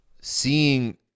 Seeing